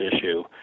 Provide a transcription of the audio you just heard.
issue